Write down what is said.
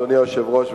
אדוני היושב-ראש,